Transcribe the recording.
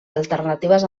alternatives